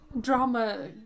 drama